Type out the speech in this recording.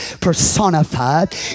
personified